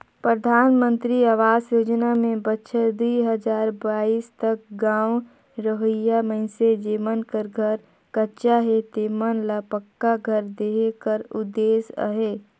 परधानमंतरी अवास योजना में बछर दुई हजार बाइस तक गाँव रहोइया मइनसे जेमन कर घर कच्चा हे तेमन ल पक्का घर देहे कर उदेस अहे